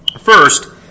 First